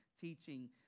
teaching